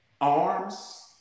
arms